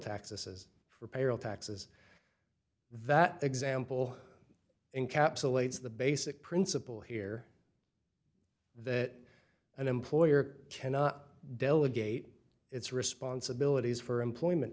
taxes for payroll taxes that example encapsulates the basic principle here that an employer cannot delegate its responsibilities for employment